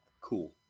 Cool